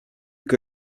que